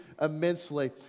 immensely